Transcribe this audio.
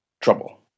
trouble